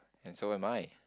and so am I